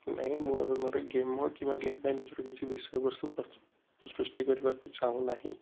ନାହିଁ ମୁଁ ଏବେ ମୋର ଗେମ୍ ମୋଡ଼ କିମ୍ବା ଗେମ୍ ପାଇଁ ନିଜର କିଛି ବିଷୟବସ୍ତୁ ପ୍ରସ୍ତୁତ ସୃଷ୍ଟି କରିବାକୁ ଚାହୁଁନାହିଁ